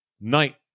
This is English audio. night